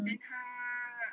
then 他